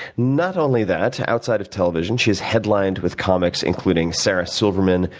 not only that, outside of television she has headlined with comics including sarah silverman,